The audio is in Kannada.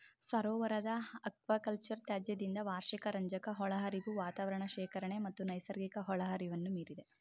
ಸರೋವರದ ಅಕ್ವಾಕಲ್ಚರ್ ತ್ಯಾಜ್ಯದಿಂದ ವಾರ್ಷಿಕ ರಂಜಕ ಒಳಹರಿವು ವಾತಾವರಣ ಶೇಖರಣೆ ಮತ್ತು ನೈಸರ್ಗಿಕ ಒಳಹರಿವನ್ನು ಮೀರಿದೆ